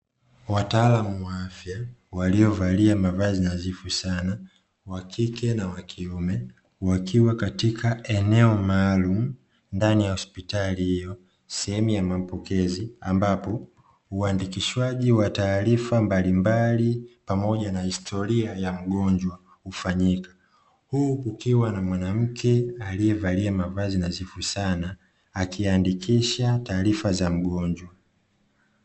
Wataalamu wa afya waliovalia mavazi nadhifu sana wakike na wakiume wakiwa katika eneo maalumu ndani ya hospitali hiyo sehemu ya mapokezi ambapo uandikishaji wa taarifa mbalimbali pamoja na historia ya mgonjwa hufanyika. Huku kukiwa na mwanamke aliyevalia mavazi nadhifu sana akiandikisha taarifa za mgonjwa.